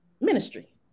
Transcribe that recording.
ministry